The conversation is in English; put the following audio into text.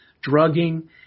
drugging